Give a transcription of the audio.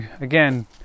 again